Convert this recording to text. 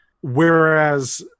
Whereas